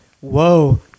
Whoa